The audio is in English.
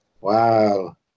wow